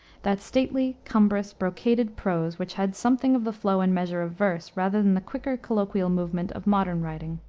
that stately, cumbrous, brocaded prose, which had something of the flow and measure of verse, rather than the quicker, colloquial movement of modern writing.